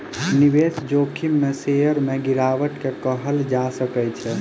निवेश जोखिम में शेयर में गिरावट के कहल जा सकै छै